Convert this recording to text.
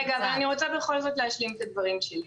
רגע, אבל אני רוצה בכל זאת להשלים את הדברים שלי.